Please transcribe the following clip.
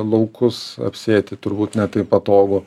laukus apsėti turbūt ne taip patogu